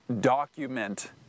document